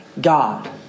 God